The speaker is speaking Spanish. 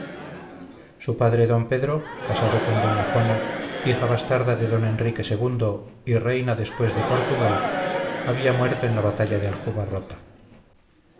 su padre don pedro casado con doña juana hija bastarda de don enrique ii y reina después de portugal había muerto en la batalla de